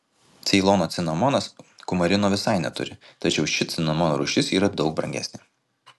ceilono cinamonas kumarino visai neturi tačiau ši cinamono rūšis yra daug brangesnė